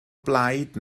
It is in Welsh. blaid